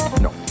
No